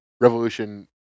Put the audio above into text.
Revolution